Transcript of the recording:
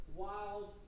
wild